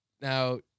Now